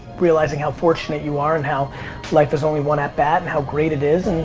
realizing how fortunate you are, and how life is only one at-bat, and how great it is.